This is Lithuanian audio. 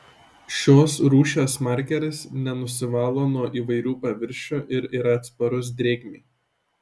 šios rūšies markeris nenusivalo nuo įvairių paviršių ir yra atsparus drėgmei